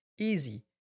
Easy